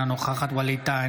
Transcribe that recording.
אינה נוכחת ווליד טאהא,